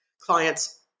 clients